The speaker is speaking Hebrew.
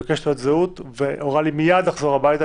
ביקש תעודת זהות והורה לי מיד לחזור הביתה,